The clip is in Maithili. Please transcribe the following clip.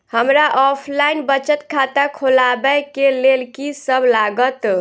हमरा ऑफलाइन बचत खाता खोलाबै केँ लेल की सब लागत?